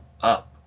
up